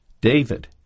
David